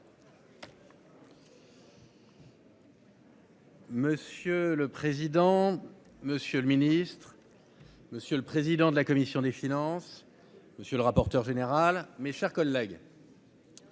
Monsieur le président. Monsieur le Ministre. Monsieur le président de la commission des finances. Monsieur le rapporteur général. Mes chers collègues.--